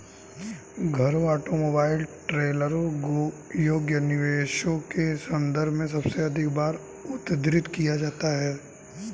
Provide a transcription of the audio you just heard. घरों, ऑटोमोबाइल, ट्रेलरों योग्य निवेशों के संदर्भ में सबसे अधिक बार उद्धृत किया जाता है